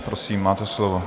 Prosím, máte slovo.